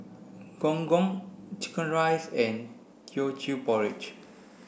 gong gong chicken rice and Teochew Porridge